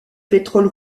pétrole